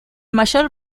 mayor